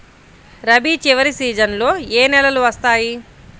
రబీ చివరి సీజన్లో ఏ నెలలు వస్తాయి?